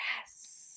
Yes